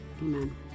Amen